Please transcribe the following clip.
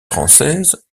française